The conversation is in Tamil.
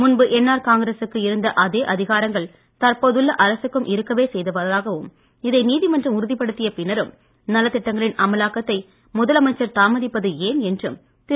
முன்பு என்ஆர் காங்கிரசுக்கு இருந்த அதே அதிகாரங்கள் தற்போதுள்ள அரசுக்கும் இருக்கவே செய்வதாகவும் இதை நீதிமன்றம் உறுதிப்படுத்திய பின்னரும் நலத்திட்டங்களின் அமலாக்கத்தை முதலமைச்சர் தாமதிப்பது ஏன் என்றும் திரு